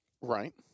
Right